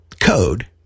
code